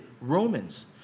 Romans